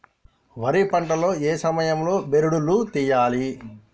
వరి పంట లో ఏ సమయం లో బెరడు లు తియ్యాలి?